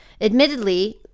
Admittedly